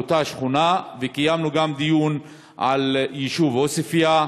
קיימנו דיון גם על היישוב עוספיא,